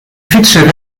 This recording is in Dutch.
fietsen